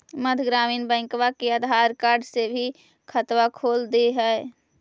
मध्य ग्रामीण बैंकवा मे आधार कार्ड से भी खतवा खोल दे है?